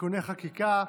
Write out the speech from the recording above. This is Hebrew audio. (תיקוני חקיקה),